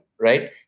right